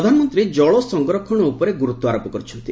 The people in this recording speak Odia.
ପ୍ରଧାନମନ୍ତ୍ରୀ ଜଳସଂରକ୍ଷଣ ଉପରେ ଗୁରୁତ୍ୱାରୋପ କରିଛନ୍ତି